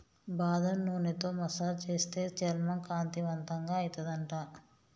బాదం నూనెతో మసాజ్ చేస్తే చర్మం కాంతివంతంగా అయితది అంట